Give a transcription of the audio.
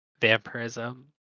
vampirism